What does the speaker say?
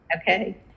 Okay